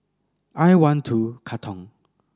I One Two Katong